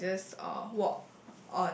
and I just walk